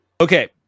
Okay